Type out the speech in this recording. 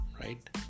right